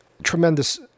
Tremendous